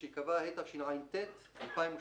התשע"ח-2017"